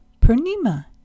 Purnima